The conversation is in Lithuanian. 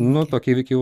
nu tokį įvykį jau